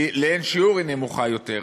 לאין שיעור היא נמוכה יותר,